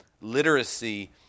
literacy